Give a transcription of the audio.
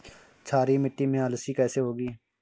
क्षारीय मिट्टी में अलसी कैसे होगी?